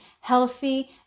healthy